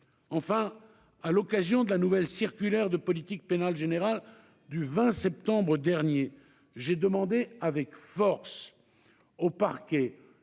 Enfin, à l'occasion de la nouvelle circulaire de politique pénale générale du 20 septembre dernier, j'ai demandé avec force aux parquets